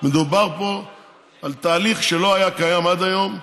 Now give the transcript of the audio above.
מדובר פה על תהליך שלא היה קיים עד היום,